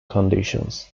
conditions